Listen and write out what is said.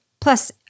Plus